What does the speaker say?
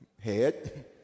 Head